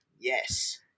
Yes